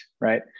right